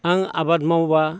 आं आबाद मावोबा